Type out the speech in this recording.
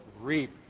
reap